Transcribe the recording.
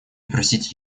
просить